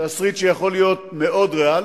תסריט שיכול להיות מאוד ריאלי,